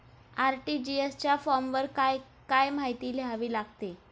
RTGS च्या फॉर्मवर काय काय माहिती लिहावी लागते?